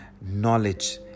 knowledge